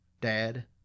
dad